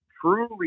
truly